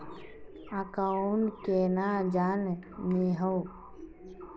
Account केना जाननेहव?